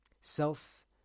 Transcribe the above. self